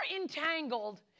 entangled